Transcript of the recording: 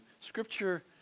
Scripture